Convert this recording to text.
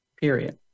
Period